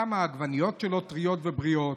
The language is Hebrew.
כמה העגבניות שלו טריות ובריאות,